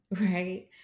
Right